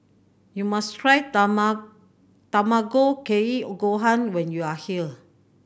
you must try Tamago Kake Gohan when you are here